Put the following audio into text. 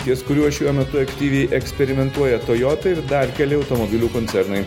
ties kuriuo šiuo metu aktyviai eksperimentuoja toyota ir dar keli automobilių koncernai